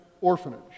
orphanage